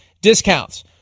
discounts